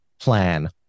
plan